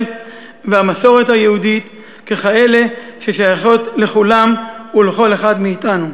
והמסורת היהודית ככאלה ששייכות לכולם ולכל אחד מאתנו.